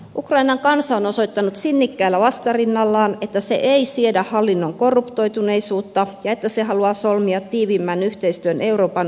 ukrainan kansa on osoittanut sinnikkäällä vastarinnallaan että se ei siedä hallinnon korruptoituneisuutta ja että se haluaa solmia tiiviimmän yhteistyön euroopan unionin kanssa